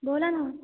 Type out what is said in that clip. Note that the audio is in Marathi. बोला ना